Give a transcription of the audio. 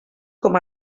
com